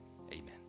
amen